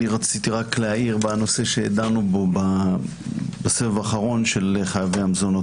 רציתי רק להעיר בנושא שדנו בו בסבב האחרון של חייבי המזונות.